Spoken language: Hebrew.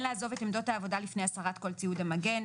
לעזוב את עמדות העבודה לפני הסרת כל ציוד המגן,